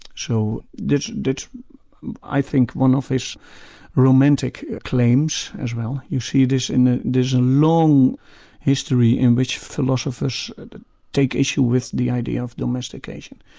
so that's i think one of his romantic claims as well. you see this in ah this long history in which philosophers take issue with the idea of domestication,